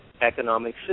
economic